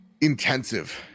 intensive